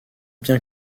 bien